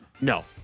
No